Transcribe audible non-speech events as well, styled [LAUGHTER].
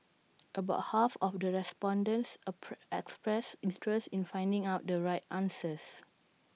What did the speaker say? about half of the respondents [UNINTELLIGIBLE] expressed interest in finding out the right answers